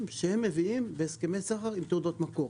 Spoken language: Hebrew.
שהם מביאים בהסכמי סחר עם תעודות מקור.